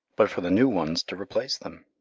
but for the new ones to replace them.